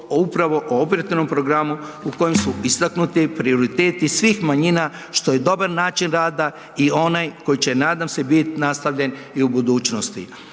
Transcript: upravo o operativnom programu u kojem su istaknuti prioriteti svih manjina, što je dobar način rada i onaj koji će nadam se bit nastavljen i u budućnosti.